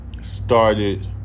started